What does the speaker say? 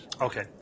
Okay